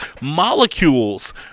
molecules